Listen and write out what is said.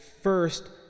first